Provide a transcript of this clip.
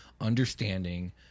understanding